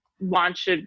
launched